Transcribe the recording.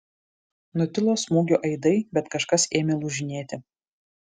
nutilo smūgio aidai bet kažkas ėmė lūžinėti